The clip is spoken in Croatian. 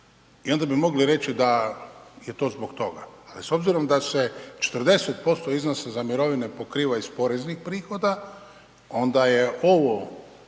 i ona bi mogli reći da je to zbog toga. Ali s obzirom da se 40% iznosa za mirovina pokriva iz poreznih prihoda, onda je ovo